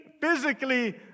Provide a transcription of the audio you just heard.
physically